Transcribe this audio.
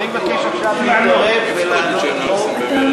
אני מבקש לענות לו.